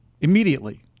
immediately